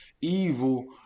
evil